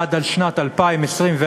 עד שנת 2024,